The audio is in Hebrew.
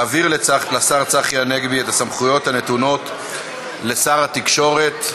להעביר לשר צחי הנגבי את הסמכויות הנתונות לשר התקשורת.